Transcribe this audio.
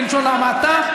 בלשון המעטה.